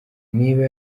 niba